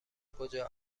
کجا